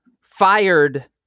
fired